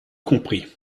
compris